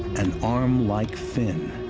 an arm-like fin,